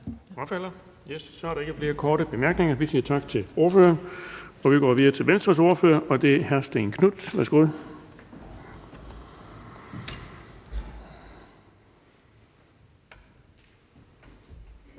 Så er der ikke flere korte bemærkninger, og vi siger tak til ordføreren, og vi går videre til Venstres ordfører, og det er hr. Stén Knuth. Værsgo.